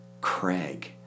Craig